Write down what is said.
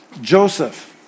Joseph